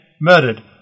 murdered